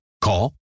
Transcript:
Call